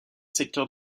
secteurs